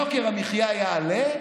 יוקר המחיה יעלה,